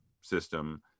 system